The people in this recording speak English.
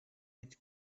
his